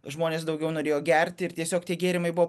žmonės daugiau norėjo gerti ir tiesiog tie gėrimai buvo